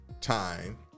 time